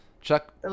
Chuck